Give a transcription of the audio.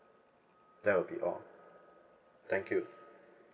that will be all thank you